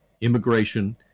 Immigration